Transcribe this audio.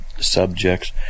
Subjects